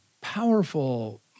powerful